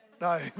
No